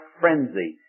frenzy